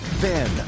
Ben